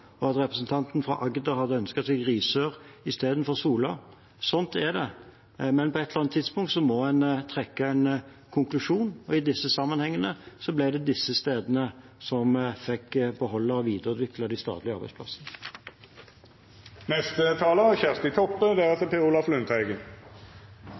og at representanten fra Agder hadde ønsket seg Risør i stedet for Sola. Sånn er det, men på et eller annet tidspunkt må en trekke en konklusjon, og i denne sammenhengen ble det disse stedene som fikk beholde og videreutvikle de statlige